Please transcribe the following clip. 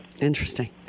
Interesting